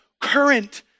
current